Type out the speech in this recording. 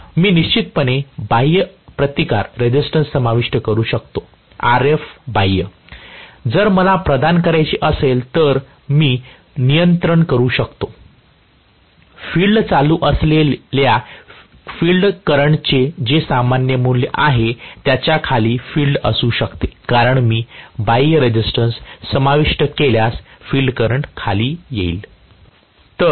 मी निश्चितपणे बाह्य प्रतिकार समाविष्ट करू शकतो Rf बाह्य जर मला प्रदान करायची असेल तर मी नियंत्रित करू इच्छितो फिल्ड चालू असलेल्या फिल्ड करंटचे जे सामान्य मूल्य आहे त्याच्या खाली फील्ड असू शकते कारण मी बाह्य रेझिस्टन्स समाविष्ट केल्यास फील्ड करंट खाली येईल